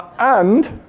and